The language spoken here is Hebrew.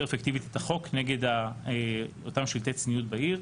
אפקטיבית את החוק נגד אותם שלטי צניעות בעיר.